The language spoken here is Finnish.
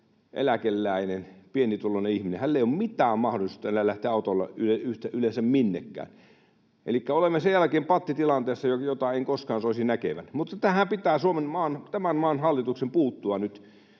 eläkeläisellä tai pienituloisella ihmisellä ei ole mitään mahdollisuutta enää lähteä autolla yleensä minnekään. Elikkä olemme sen jälkeen pattitilanteessa, jota en koskaan soisi näkeväni. Mutta tähän pitää tämän maan hallituksen puuttua nyt.